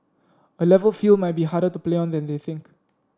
A Level field might be harder to play on than they think